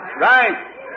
Right